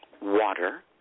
water